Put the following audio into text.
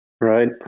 right